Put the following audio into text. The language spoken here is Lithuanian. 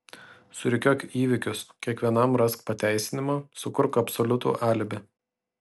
surikiuok įvykius kiekvienam rask pateisinimą sukurk absoliutų alibi